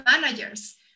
managers